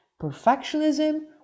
perfectionism